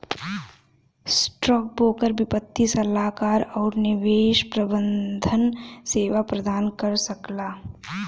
stockbroker वित्तीय सलाहकार आउर निवेश प्रबंधन सेवा प्रदान कर सकला